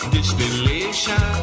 Distillation